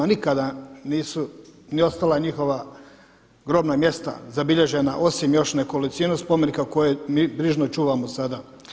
Nikada nisu ni ostala njihova grobna mjesta zabilježena osim još nekolicinu spomenika koje mi brižno čuvamo sada.